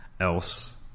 Else